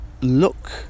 look